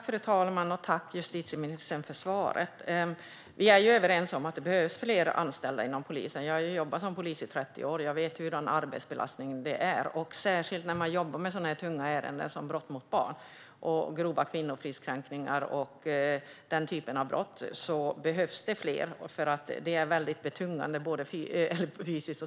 Fru talman! Tack, justitieministern, för svaret! Vi är överens om att det behövs fler anställda inom polisen. Jag har ju jobbat som polis i 30 år och vet hur hög arbetsbelastningen är. Särskilt när man jobbar med tunga ärenden som brott mot barn, grova kvinnofridskränkningar och liknande brott behövs fler, för det är väldigt betungande psykiskt.